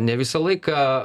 ne visą laiką